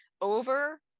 over